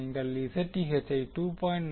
நீங்கள் Zth ஐ 2